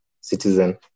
citizen